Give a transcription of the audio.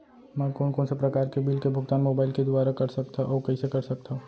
मैं कोन कोन से प्रकार के बिल के भुगतान मोबाईल के दुवारा कर सकथव अऊ कइसे कर सकथव?